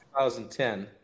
2010